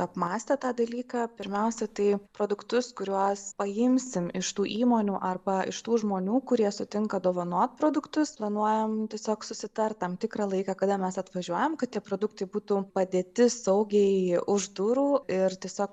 apmąstę tą dalyką pirmiausia tai produktus kuriuos paimsime iš tų įmonių arba iš tų žmonių kurie sutinka dovanot produktus planuojam tiesiog susitart tam tikrą laiką kada mes atvažiuojam kad tie produktai būtų padėti saugiai už durų ir tiesiog